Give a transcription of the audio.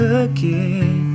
again